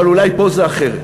אבל אולי פה זה אחרת.